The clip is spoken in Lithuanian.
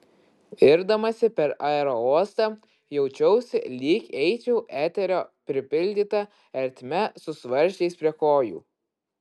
irdamasi per aerouostą jaučiausi lyg eičiau eterio pripildyta ertme su svarsčiais prie kojų